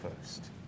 first